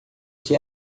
que